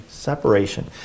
Separation